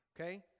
okay